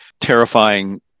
terrifying